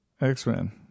X-Men